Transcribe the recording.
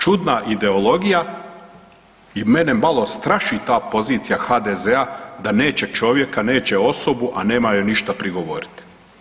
Čudna ideologija i mene malo straši ta pozicija HDZ-a da neće čovjeka, neće osobu, a nema joj ništa prigovorit.